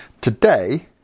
Today